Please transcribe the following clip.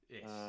Yes